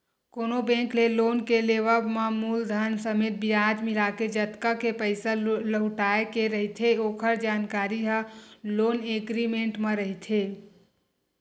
कोनो बेंक ले लोन के लेवब म मूलधन समेत बियाज मिलाके जतका के पइसा लहुटाय के रहिथे ओखर जानकारी ह लोन एग्रीमेंट म रहिथे